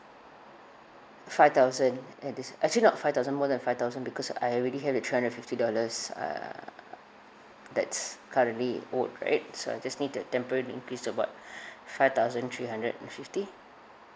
five thousand and this actually not five thousand more than five thousand because I already have with three hundred and fifty dollars uh that's currently owed right so I just need to temporarily increase about five thousand three hundred and fifty